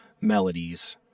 melodies